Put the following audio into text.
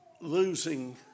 losing